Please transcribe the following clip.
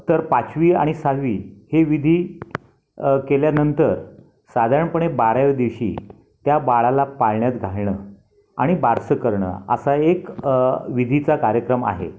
तर पाचवी आणि सहावी हे विधी केल्यानंतर साधारणपणे बाराव्या दिवशी त्या बाळाला पाळण्यात घालणं आणि बारसं करणं असा एक विधीचा कार्यक्रम आहे